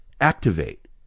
activate